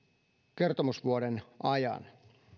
kertomusvuoden ajan